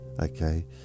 Okay